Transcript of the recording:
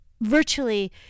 virtually